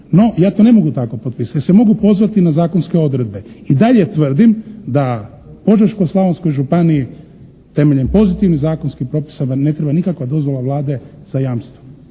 no ja to ne mogu tako potpisati jer se mogu pozvati na zakonske odredbe. I dalje tvrdim da Požeško-slavonskoj županiji temeljem pozitivnih zakonskih propisa ne treba nikakva dozvola Vlade za jamstvo.